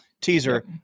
teaser